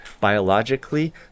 biologically